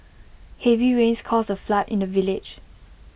heavy rains caused A flood in the village